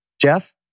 Jeff